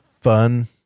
fun